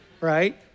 right